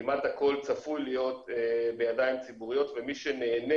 כמעט הכול צפוי להיות בידיים ציבוריות ומי שנהנה